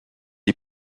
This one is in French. est